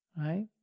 Right